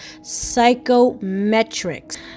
psychometrics